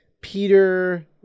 Peter